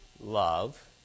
love